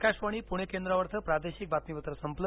आकाशवाणी पुणे केंद्रावरचं प्रादेशिक बातमीपत्र संपलं